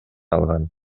алган